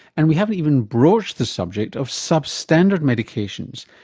and we haven't even broached the subject of substandard medications,